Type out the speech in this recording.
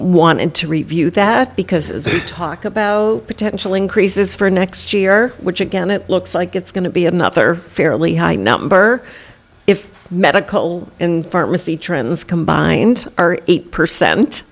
wanted to review that because as we talk about potential increases for next year which again it looks like it's going to be another fairly high number if medical and pharmacy trends combined are eight percent